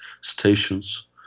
stations